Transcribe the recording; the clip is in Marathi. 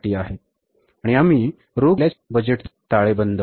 आणि आम्ही रोख बजेट असल्याचे बजेट तयार करतो आणि शेवटचा निकाल म्हणजे बजेटची ताळेबंद